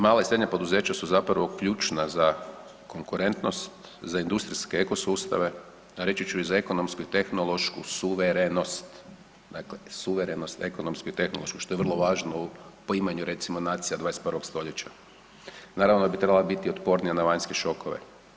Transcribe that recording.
Mala i srednja poduzeća su zapravo ključna za konkurentnost, za industrijske ekosustave, a reći ću za ekonomsku i tehnološku suverenost, dakle suverenost ekonomsku i tehnološku što je vrlo važno u poimanju recimo nacija 21.stoljeća. naravno da bi trebala biti otpornija na vanjske šokove.